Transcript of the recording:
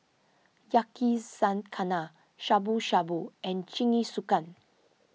Yakizakana Shabu Shabu and Jingisukan